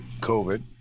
COVID